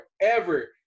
forever